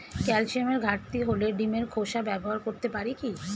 ক্যালসিয়ামের ঘাটতি হলে ডিমের খোসা ব্যবহার করতে পারি কি?